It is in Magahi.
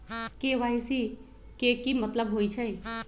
के.वाई.सी के कि मतलब होइछइ?